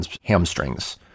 hamstrings